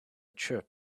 chirp